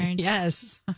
Yes